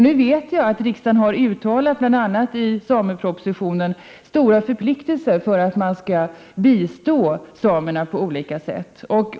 Nu vet jag att regeringen har talat om, bl.a. i samepropositionen, de stora förpliktelserna att bistå samerna på olika sätt.